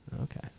Okay